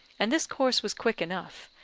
and this course was quick enough,